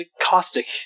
Caustic